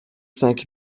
cinq